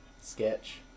sketch